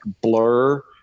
Blur